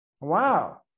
Wow